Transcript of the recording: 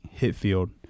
Hitfield